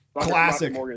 Classic